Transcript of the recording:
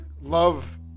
love